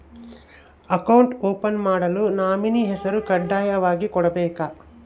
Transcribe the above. Account open ಮಾಡಲು nominee ಹೆಸರು ಕಡ್ಡಾಯವಾಗಿ ಕೊಡಬೇಕಾ?